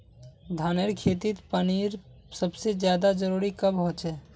धानेर खेतीत पानीर सबसे ज्यादा जरुरी कब होचे?